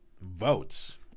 votes